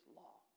law